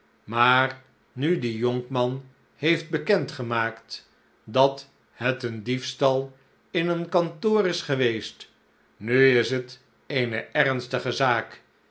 maar nu die jonkman heeft bekend gemaakt dat het een diefstal in een kantoor is geweest nu is het eene ernstige zaak